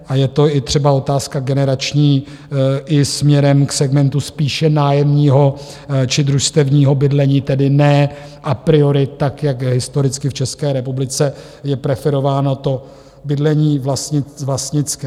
A je to i třeba otázka generační i směrem k segmentu spíše nájemního či družstevního bydlení, tedy ne a priori tak, jak historicky v České republice je preferováno to bydlení vlastnické.